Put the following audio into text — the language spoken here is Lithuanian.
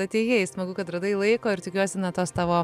atėjai smagu kad radai laiko ir tikiuosi na tos tavo